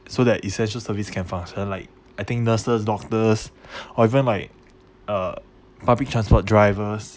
so that essential services can function like I think nurses doctors or even like uh public transport drivers